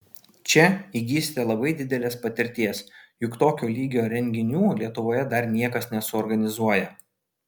čia įgysite labai didelės patirties juk tokio lygio renginių lietuvoje dar niekas nesuorganizuoja